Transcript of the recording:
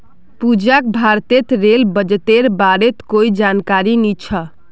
पूजाक भारतेर रेल बजटेर बारेत कोई जानकारी नी छ